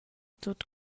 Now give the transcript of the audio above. tut